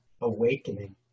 awakening